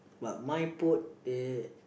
but mine put the